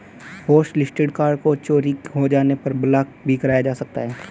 hotlisted card को चोरी हो जाने पर ब्लॉक भी कराया जा सकता है